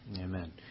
Amen